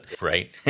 Right